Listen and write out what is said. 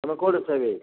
ତୁମେ କେଉଁଠି ଅଛ କି